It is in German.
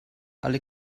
alle